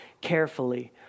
carefully